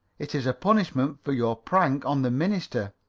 it is a punishment for your prank on the minister.